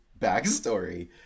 backstory